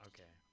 Okay